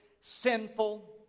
sinful